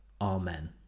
Amen